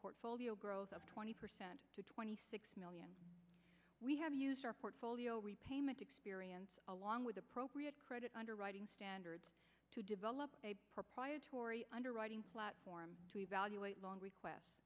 portfolio growth of twenty percent to twenty six million we have used our portfolio repayment experience along with appropriate credit underwriting standards to develop a proprietorial underwriting platform to evaluate long request